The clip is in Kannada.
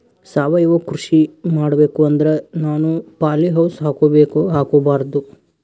ಸಾವಯವ ಕೃಷಿ ಮಾಡಬೇಕು ಅಂದ್ರ ನಾನು ಪಾಲಿಹೌಸ್ ಹಾಕೋಬೇಕೊ ಹಾಕ್ಕೋಬಾರ್ದು?